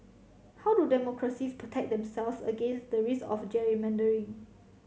how do democracies protect themselves against the risk of gerrymandering